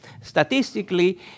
Statistically